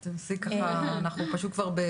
אבל זה תמיד מס שפתיים של אנשים שלא רוצים להעלות את